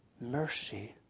Mercy